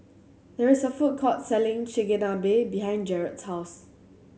there is a food court selling Chigenabe behind Jerrad's house